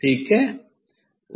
ठीक है